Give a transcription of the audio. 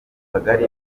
kagali